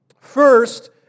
First